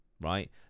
right